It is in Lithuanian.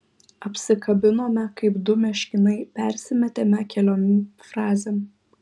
apsikabinome kaip du meškinai persimetėme keliom frazėm